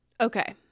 Okay